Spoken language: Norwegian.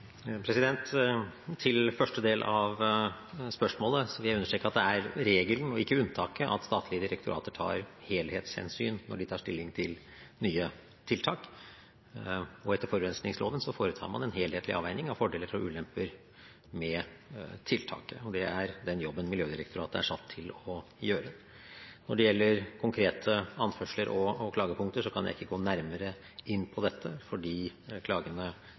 Til første del av spørsmålet vil jeg understreke at det er regelen og ikke unntaket at statlige direktorater tar helhetshensyn når de tar stilling til nye tiltak, og etter forurensningsloven foretar man en helhetlig avveining av fordeler og ulemper med tiltaket. Det er den jobben Miljødirektoratet er satt til å gjøre. Når det gjelder konkrete anførsler og klagepunkter, kan jeg ikke gå nærmere inn på dette, fordi klagene